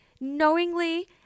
knowingly